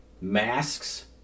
masks